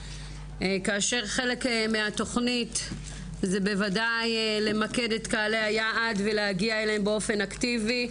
כשחלק מהתוכנית זה בוודאי למקד את קהלי היעד ולהגיע אליהם באופן אקטיבי,